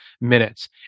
minutes